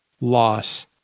loss